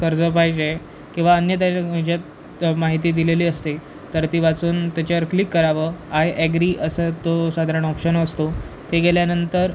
कर्ज पाहिजे आहे किंवा अन्य त्याच्यात म्हणजे माहिती दिलेली असते तर ती वाचून त्याच्यावर क्लिक करावं आय एग्री असा तो साधारण ऑप्शन असतो ते गेल्यानंतर